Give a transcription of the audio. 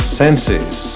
senses